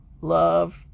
love